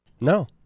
No